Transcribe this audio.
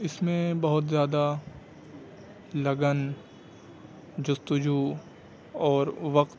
اس میں بہت زیادہ لگن جستجو اور وقت